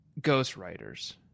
Ghostwriters